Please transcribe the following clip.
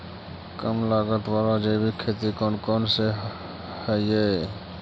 कम लागत वाला जैविक खेती कौन कौन से हईय्य?